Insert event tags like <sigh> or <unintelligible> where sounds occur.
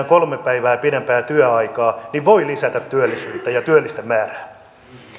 <unintelligible> kolme päivää pidempää työaikaa voi lisätä työllisyyttä ja työllisten määrää